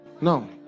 no